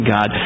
God